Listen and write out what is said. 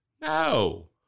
No